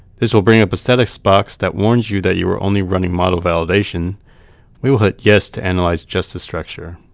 this will bring up a status box that warns you that you are only running model validation we will hit yes to analyze just the structure.